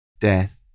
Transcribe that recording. death